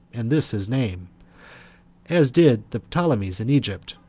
and this his name as did the ptolemies in egypt.